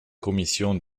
commissions